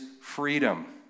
freedom